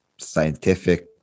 scientific